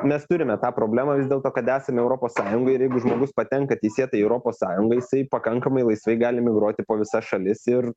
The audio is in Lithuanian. mes turime tą problemą vis dėlto kad esame europos sąjungoj ir jeigu žmogus patenka teisėtai į europos sąjungą jisai pakankamai laisvai gali migruoti po visas šalis ir